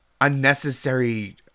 unnecessary